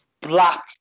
black